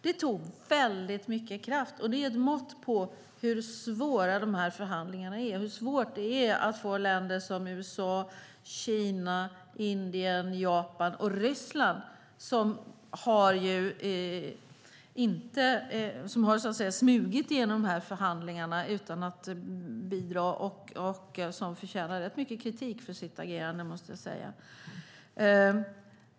Det tog mycket kraft, och det är ett mått på hur svåra förhandlingarna är och hur svårt det är att få med länder som USA, Kina, Indien, Japan och Ryssland, som har smugit igenom förhandlingarna utan att bidra och som jag måste säga förtjänar rätt mycket kritik för sitt agerande.